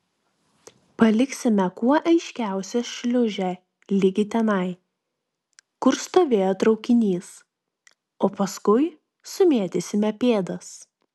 paliksime kuo aiškiausią šliūžę ligi tenai kur stovėjo traukinys o paskui sumėtysime pėdas